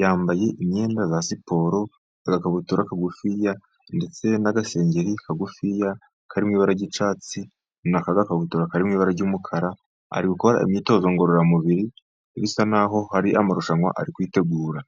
yambaye imyenda ya siporo, agakabutura kagufi ya, ndetse n'agasengeri kagufiya, kariri mu ibara ry'icyatsi, na ka gabutura kariri mu ibara ry'umukara, ari gukora imyitozo ngororamubiri, bisa n'aho hari amarushanwa ari kwitegura.